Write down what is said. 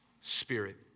Spirit